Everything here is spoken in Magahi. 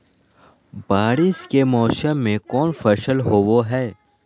बारिस के मौसम में कौन फसल होबो हाय?